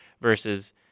versus